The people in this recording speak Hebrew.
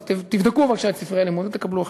אז תבדקו בבקשה את ספרי הלימוד ותקבלו החלטה.